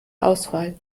auswahl